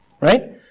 Right